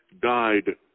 died